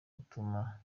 utuma